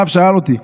הרב שאל אותי: